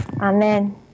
Amen